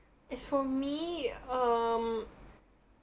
as for me um